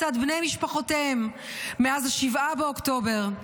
לצד בני משפחותיהם מאז 7 באוקטובר.